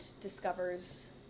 discovers